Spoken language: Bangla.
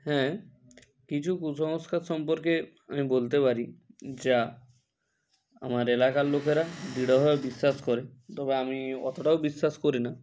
হ্যাঁ কিছু কুসংস্কার সম্পর্কে আমি বলতে পারি যা আমার এলাকার লোকেরা দৃঢ়ভাবে বিশ্বাস করে তবে আমি অতটাও বিশ্বাস করি না